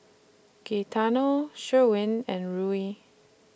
Gaetano Sherwin and Ruie